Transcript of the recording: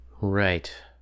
Right